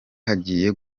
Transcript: hagiye